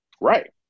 Right